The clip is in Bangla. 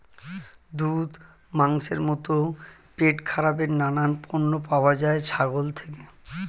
দুধ, মাংসের মতো পেটখারাপের নানান পণ্য পাওয়া যায় ছাগল থেকে